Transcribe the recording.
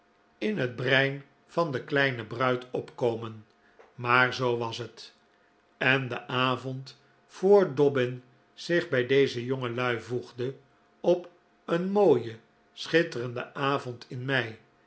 in het brein van de kleine bruid opkomen maar zoo was het en den avond voor dobbin zich bij deze jonge lui voegde op een mooien schitterenden avond in mei